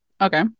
Okay